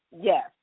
Yes